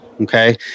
okay